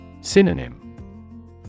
Synonym